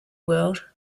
world